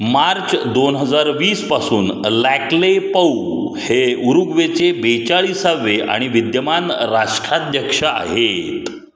मार्च दोन हजार वीसपासून लॅकले पौ हे उरुग्वेचे बेचाळीसावे आणि विद्यमान राष्ट्राध्यक्ष आहेत